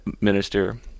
minister